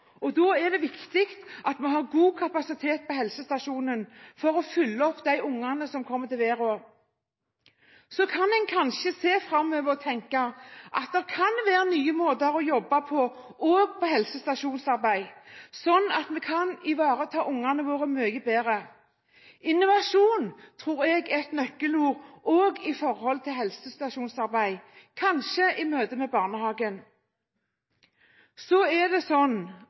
Da er det viktig at vi har god kapasitet på helsestasjonen for å følge opp de barna som kommer til verden. Så kan en kanskje se framover og tenke at det kan være nye måter å jobbe på også når det gjelder helsestasjonsarbeid, sånn at vi kan ivareta barna våre mye bedre. Innovasjon tror jeg er et nøkkelord også i forhold til helsestasjonsarbeid, kanskje i møte med barnehagen. Alle barn er